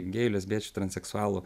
gėjų lesbiečių transseksualų